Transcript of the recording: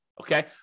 Okay